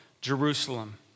Jerusalem